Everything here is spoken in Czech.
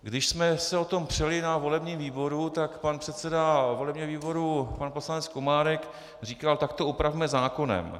Když jsme se o tom přeli na volebním výboru, tak pan předseda volebního výboru pan poslanec Komárek říkal: tak to upravme zákonem.